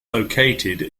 located